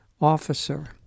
Officer